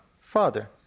father